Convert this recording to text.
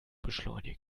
beschleunigen